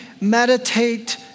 meditate